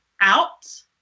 out